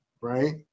right